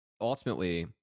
ultimately